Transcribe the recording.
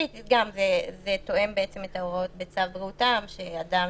זה תואם את ההוראות בצו בריאות העם שאדם